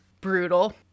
brutal